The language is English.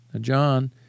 John